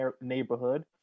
neighborhood